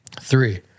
Three